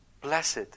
blessed